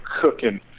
cooking